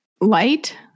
light